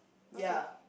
ya